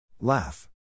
Laugh